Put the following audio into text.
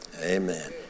amen